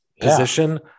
position